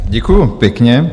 Děkuju pěkně.